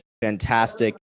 fantastic